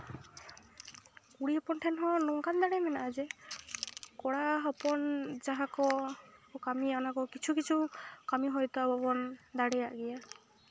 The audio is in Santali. ᱠᱩᱲᱤ ᱦᱚᱯᱚᱱ ᱴᱷᱮᱱ ᱦᱚᱸ ᱱᱚᱝᱠᱟᱱ ᱫᱟᱲ ᱢᱮᱱᱟᱜᱼᱟ ᱡᱮ ᱠᱚᱲᱟ ᱦᱚᱯᱚᱱ ᱡᱟᱦᱟᱸ ᱠᱚ ᱠᱟᱹᱢᱤᱭᱟ ᱚᱱᱟ ᱠᱚ ᱠᱤᱪᱷᱩ ᱠᱤᱪᱷᱩ ᱠᱟᱹᱢᱤ ᱦᱚᱭᱛᱳ ᱟᱵᱚ ᱵᱚᱱ ᱫᱟᱲᱮᱭᱟᱜ ᱜᱮᱭᱟ